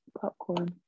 popcorn